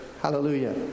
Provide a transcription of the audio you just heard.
Hallelujah